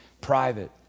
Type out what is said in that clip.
private